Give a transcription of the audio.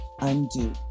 undo